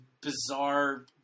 bizarre